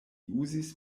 uzis